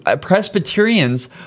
Presbyterians